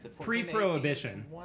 pre-Prohibition